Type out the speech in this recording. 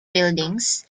buildings